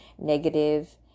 negative